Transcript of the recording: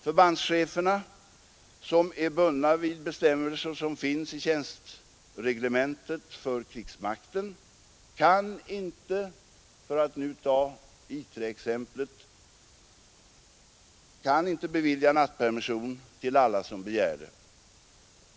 Förbandscheferna, som är bundna vid bestämmelser i tjänstereglementet för krigsmakten, kan inte, för att nu ta exemplet från I 3, bevilja nattpermission till alla som begär sådan.